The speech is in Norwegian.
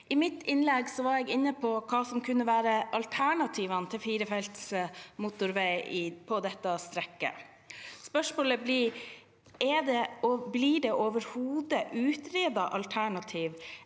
I mitt innlegg var jeg inne på hva som kunne være alternativene til firefelts motorvei på dette strekket. Spørsmålet blir: Er det, eller blir det,